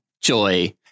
Joy